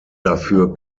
dafür